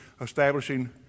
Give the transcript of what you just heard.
establishing